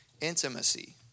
Intimacy